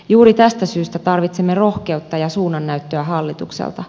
juuri tästä syystä tarvitsemme rohkeutta ja suunnannäyttöä hallitukselta